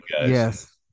yes